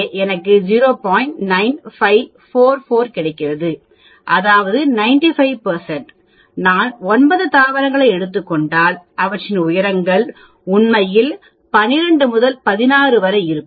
9544 கிடைக்கும் அதாவது 95 நான் 9 தாவரங்களை எடுத்துக் கொண்டால்அவற்றின் உயரங்கள் உண்மையில் 12 முதல் 16 வரை இருக்கும்